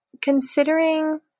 considering